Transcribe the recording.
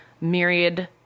myriad